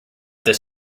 this